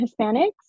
Hispanics